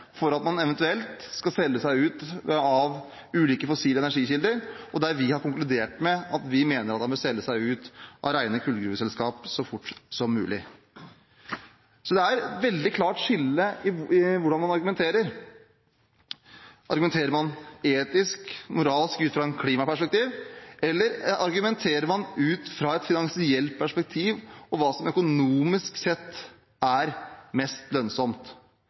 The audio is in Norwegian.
for at man eventuelt skal selge seg ut av ulike fossile energikilder, og har konkludert med at vi mener at man bør selge seg ut av rene kullgruveselskap så fort som mulig. Så det er et veldig klart skille i hvordan man argumenterer. Argumenterer man etisk/moralsk ut fra et klimaperspektiv, eller argumenterer man ut fra et finansielt perspektiv og hva som økonomisk sett er mest lønnsomt?